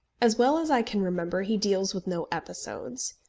as well as i can remember, he deals with no episodes.